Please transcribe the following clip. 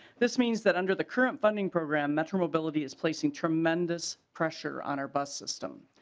this means that under the current funding program metro mobility is placing tremendous pressure on our bus system.